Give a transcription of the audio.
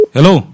Hello